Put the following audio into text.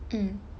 mm